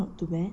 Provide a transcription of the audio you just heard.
not too bad